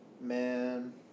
Man